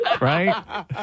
Right